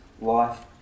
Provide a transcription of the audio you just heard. life